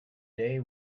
day